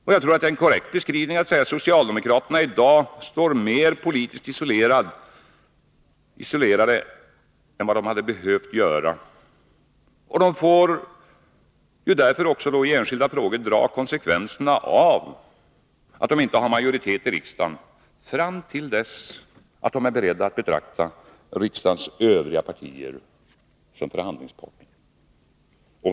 Jag tror att det är en korrekt beskrivning att säga att socialdemokratin i dag står mer politiskt isolerad än vad den hade behövt göra. Den får i enskilda frågor också dra konsekvenserna av att den inte har majoritet i riksdagen — fram till dess att den är beredd att betrakta riksdagens övriga partier som förhandlingsparter.